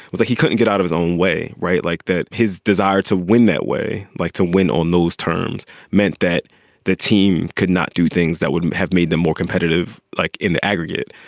was he couldn't get out of his own way. right like that. his desire to win that way. like to win on those terms meant that the team could not do things that wouldn't have made them more competitive, like in the aggregate.